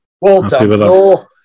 Walter